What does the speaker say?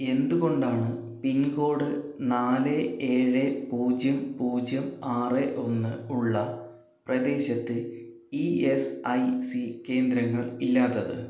എന്തു കൊണ്ടാണ് പിൻകോഡ് നാല് ഏഴ് പൂജ്യം പൂജ്യം ആറ് ഒന്ന് ഉള്ള പ്രദേശത്ത് ഇ എസ് ഐ സി കേന്ദ്രങ്ങൾ ഇല്ലാത്തത്